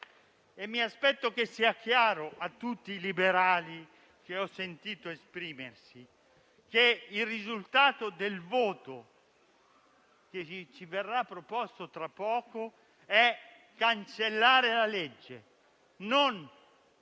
Mi aspetto che sia chiaro a tutti i liberali che ho sentito esprimersi che il risultato del voto che ci verrà proposto tra poco è cancellare la legge (una